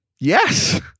Yes